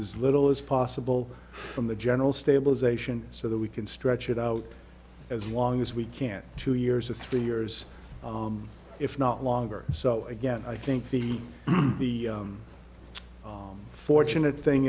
as little as possible from the general stabilization so that we can stretch it out as long as we can two years or three years if not longer so again i think the the fortunate thing